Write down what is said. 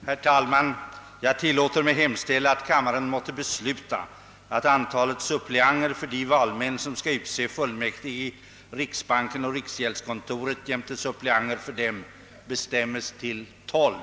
Herr talman! Jag tillåter mig hemställa, att kammaren måtte besluta, att antalet suppleanter för de valmän som skall utse fullmäktige i riksbanken och riksgäldskontoret jämte suppleanter för dem bestämmes till tolv.